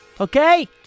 okay